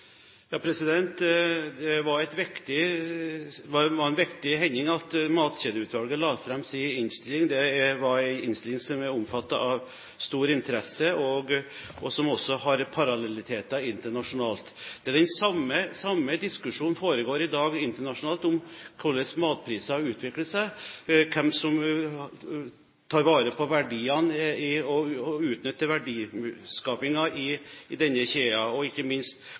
Det var en viktig hending at Matkjedeutvalget la fram sin innstilling, en innstilling som er omfattet av stor interesse, og som også har parallelliteter internasjonalt. Den samme diskusjon foregår i dag internasjonalt – om hvordan matpriser utvikler seg, hvem som tar vare på verdiene og utnytter verdiskapingen i matkjeden, og, ikke minst, hvor makten ligger. Utvalget, som tidligere statsråd Einar Steensnæs ledet, ble nedsatt for å vurdere styrkeforholdene i